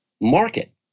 market